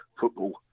football